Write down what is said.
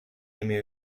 имею